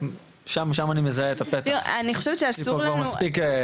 שם אני מזהה את הפתח, יש לי פה כבר מספיק.